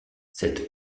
cette